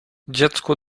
dziecku